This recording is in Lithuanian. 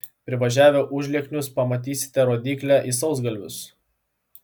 privažiavę užlieknius pamatysite rodyklę į sausgalvius